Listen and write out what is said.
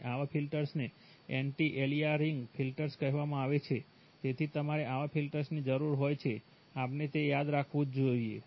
અને આવા ફિલ્ટર્સને એન્ટિ એલિયારિંગ ફિલ્ટર્સ કહેવામાં આવે છે તેથી તમારે આવા ફિલ્ટર્સની જરૂર હોય છે આપણે તે યાદ રાખવું જ જોઇએ